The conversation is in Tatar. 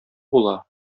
була